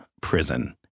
prison